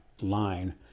line